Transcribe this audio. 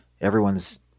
everyone's